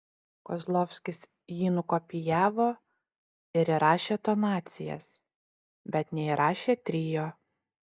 kozlovskis jį nukopijavo ir įrašė tonacijas bet neįrašė trio